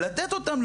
לתת אותם,